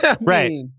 Right